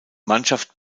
mannschaft